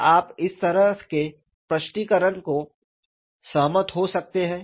क्या आप इस तरह के स्पष्टीकरण से सहमत हो सकते हैं